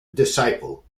disciple